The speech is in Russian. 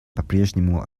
попрежнему